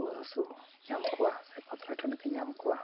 ᱨᱩᱣᱟᱹᱼᱦᱟᱹᱥᱩ ᱧᱟᱢ ᱠᱚᱣᱟ ᱥᱮ ᱯᱟᱛᱞᱟ ᱴᱟᱺᱰᱤᱛᱮ ᱧᱟᱢ ᱠᱚᱣᱟ